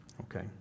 Okay